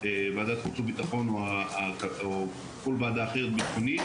לוועדת חוץ ובטחון או כל ועדה בטחונית אחרת,